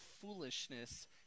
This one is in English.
foolishness